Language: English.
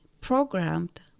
programmed